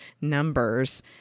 numbers